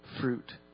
fruit